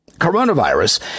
Coronavirus